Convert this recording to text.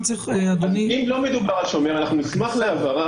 אם לא מדובר על שומר, אנחנו נשמח להבהרה